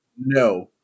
No